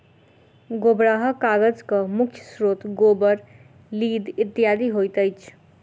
गोबराहा कागजक मुख्य स्रोत गोबर, लीद इत्यादि होइत अछि